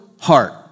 heart